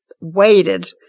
waited